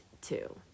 two